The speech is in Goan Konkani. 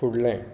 फुडलें